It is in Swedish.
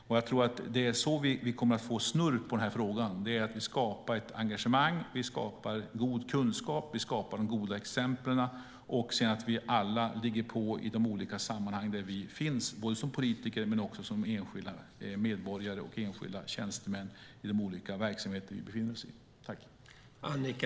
Det är på det sättet vi kommer att få snurr på frågan. Vi skapar ett engagemang, vi skapar god kunskap och vi skapar de goda exemplen. Sedan ligger vi alla på i de olika sammanhang där vi finns, såväl som politiker som enskilda medborgare och enskilda tjänstemän i de olika verksamheterna.